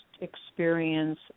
experience